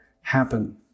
happen